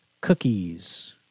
cookies